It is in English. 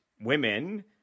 women